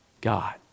God